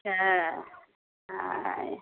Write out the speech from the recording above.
ठीक छै हँ